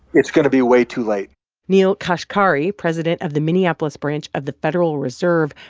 it's going to be way too late neel kashkari, president of the minneapolis branch of the federal reserve,